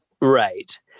Right